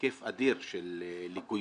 היקף אדיר של ליקויים.